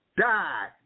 Die